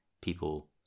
people